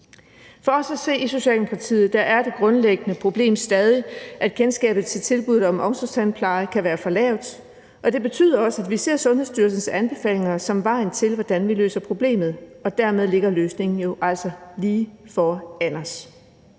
For os at se i Socialdemokratiet er det grundlæggende problem stadig, at kendskabet til tilbud om omsorgstandpleje kan være for lille. Det betyder også, at vi ser Sundhedsstyrelsens anbefalinger som vejen til, hvordan vi løser problemet, og dermed ligger løsningen jo også lige foran os.